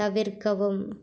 தவிர்க்கவும்